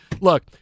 Look